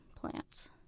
plants